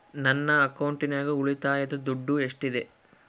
ನನ್ನ ಅಕೌಂಟಿನಾಗ ಉಳಿತಾಯದ ದುಡ್ಡು ಎಷ್ಟಿದೆ?